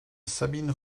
sabine